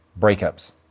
breakups